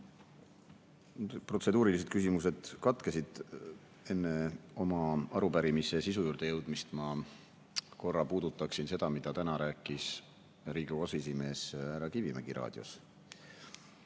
Protseduurilised küsimused katkesid. Enne oma arupärimise sisu juurde jõudmist ma korra puudutaksin seda, mida täna rääkis Riigikogu aseesimees härra Kivimägi raadios.